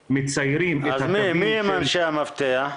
שמציירים את הקווים --- אז מי הם אנשי המפתח?